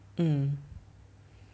mm